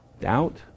Doubt